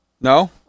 No